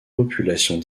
populations